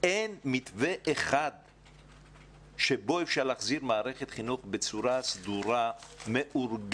אין מתווה אחד על פיו אפשר להחזיר מערכת חינוך בצורה סדורה ומאורגנת.